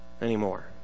anymore